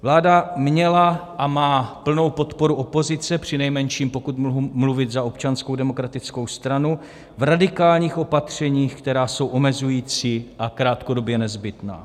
Vláda měla a má plnou podporu opozice, přinejmenším pokud mohu mluvit za Občanskou demokratickou stranu, v radikálních opatřeních, která jsou omezující a krátkodobě nezbytná.